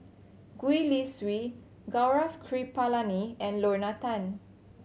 Gwee Li Sui Gaurav Kripalani and Lorna Tan